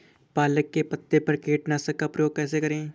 पालक के पत्तों पर कीटनाशक का प्रयोग कैसे करें?